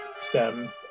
stem